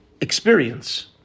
experience